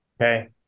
Okay